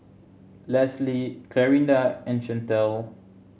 Leslee Clarinda and Chantel